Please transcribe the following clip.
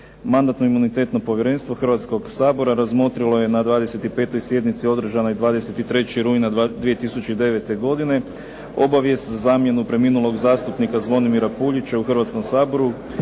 Mandatno-imunitetno povjerenstvo Hrvatskog sabora razmotrilo je na 25. sjednici održanoj 23. rujna 2009. godine obavijest za zamjenu preminulog zastupnika Zvonimira Puljića u Hrvatskom saboru